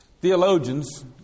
Theologians